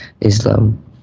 islam